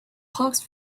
hawks